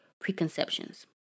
preconceptions